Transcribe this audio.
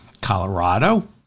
Colorado